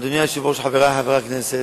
אדוני היושב-ראש, חברי חברי הכנסת,